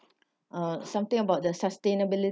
uh something about the sustainability